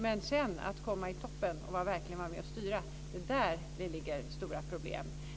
Och att sedan komma upp i toppen och verkligen vara med och styra - det är där det finns stora problem.